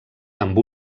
amb